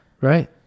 right